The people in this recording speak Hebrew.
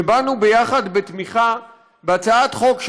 ובאנו יחד בתמיכה בהצעת חוק,